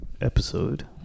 episode